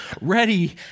ready